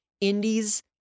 Indies